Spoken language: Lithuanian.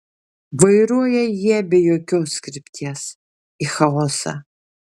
vairuoja jie be jokios krypties į chaosą